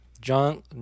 John